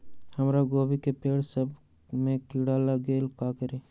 हमरा गोभी के पेड़ सब में किरा लग गेल का करी?